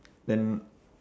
then